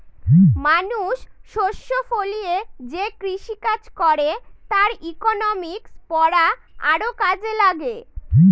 মানুষ শস্য ফলিয়ে যে কৃষিকাজ করে তার ইকনমিক্স পড়া আরও কাজে লাগে